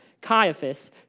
Caiaphas